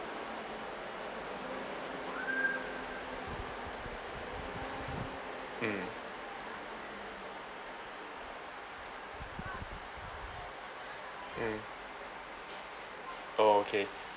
mm mm oh okay